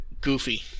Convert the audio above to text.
goofy